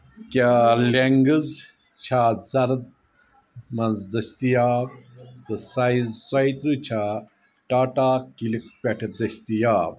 کیٛاہ لیٚنگٕز چھا زَرٕد منٛز دٔستیاب تہٕ سایِز ژۄیہِ ترٕہ چھا ٹاٹا کِلِک پٮ۪ٹھ دٔستیاب